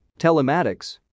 Telematics